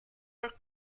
are